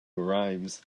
arrives